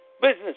business